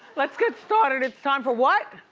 let's get started. it's time for what?